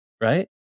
right